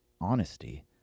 honesty